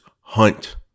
hunt